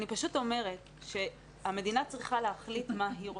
אני פשוט אומרת שהמדינה צריכה להחליט מה היא רוצה.